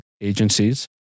agencies